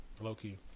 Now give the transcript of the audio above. Low-key